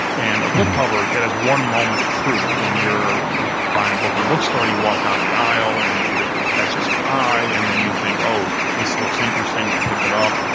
and a book cover it has one moment of truth. when you're buying a and book in a bookstore, you walk down the aisle and it it catches your eye and then you think, oh this looks interesting. you pick it up,